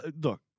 Look